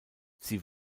sie